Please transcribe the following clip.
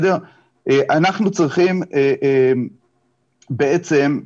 אנחנו צריכים בעצם,